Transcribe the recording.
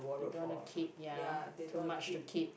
you don't wanna keep ya too much to keep